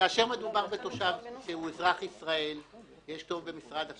כאשר מדובר בתושב שהוא אזרח ישראל ויש כתובת במשרד הפנים,